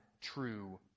true